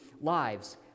lives